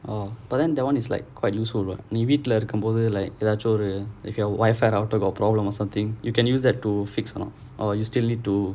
oh but then that [one] is like quite useful [what] maybe நீ வீட்டுல இருக்கும்போது ஏதாச்சும் ஒன்னு:nee veetula irukkumpothu ethachum onnu if your Wi-Fi router got problem or something you can use that to fix or not or you still need to